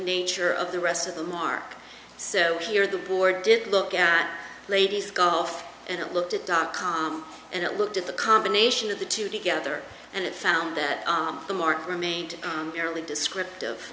nature of the rest of the mark so here the board did look at ladies golf and it looked at dot com and it looked at the combination of the two together and it found that the mark remained fairly descriptive